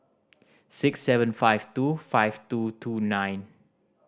six seven five two five two two nine